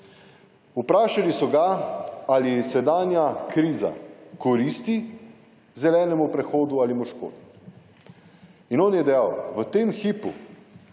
Vprašali so ga ali sedanja kriza koristi zelenemu prehodu ali mu škodi. On je dejal: »V tem hipu